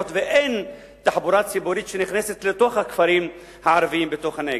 היות שאין תחבורה ציבורית שנכנסת לתוך הכפרים הערביים בנגב.